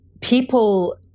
people